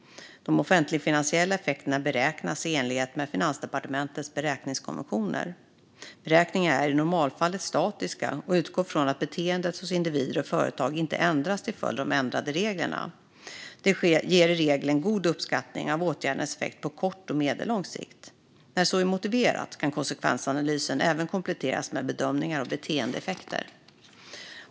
De offentligfinansiella effekterna beräknas i enlighet med Finansdepartementets beräkningskonventioner. Beräkningarna är i normalfallet statiska och utgår från att beteendet hos individer och företag inte ändras till följd av de ändrade reglerna. Det ger i regel en god uppskattning av åtgärdernas effekt på kort och medellång sikt. När så är motiverat kan konsekvensanalysen även kompletteras med bedömningar av beteendeeffekter.